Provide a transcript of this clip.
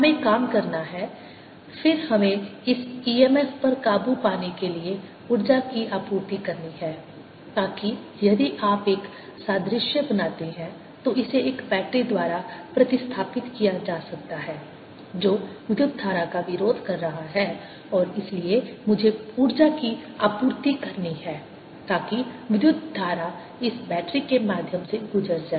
हमें काम करना है फिर हमें इस EMF पर काबू पाने के लिए ऊर्जा की आपूर्ति करनी है ताकि यदि आप एक सादृश्य बनाते हैं तो इसे एक बैटरी द्वारा प्रतिस्थापित किया जा सकता है जो विद्युत धारा का विरोध कर रहा है और इसलिए मुझे ऊर्जा की आपूर्ति करनी है ताकि विद्युत धारा इस बैटरी के माध्यम से गुजर जाए